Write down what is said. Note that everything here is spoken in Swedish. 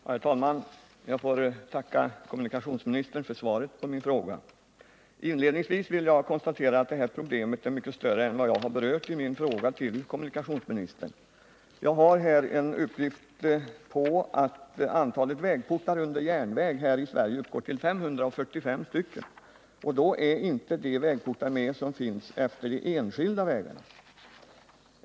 Herr talman! Jag får tacka statsrådet för svaret på min fråga. Inledningsvis vill jag konstatera att det här problemet är mycket större än vad jag har tagit upp i min fråga till kommunikationsministern. Jag har här en uppgift om att antalet vägportar under järnväg här i Sverige uppgår till 545, och då är inte de vägportar med som finns utefter de enskilda vägarna.